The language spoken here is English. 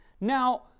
Now